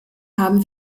haben